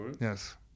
Yes